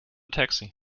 taxi